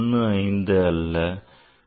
15 அல்ல 3 ஆகும்